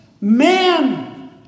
Man